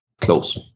close